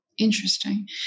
Interesting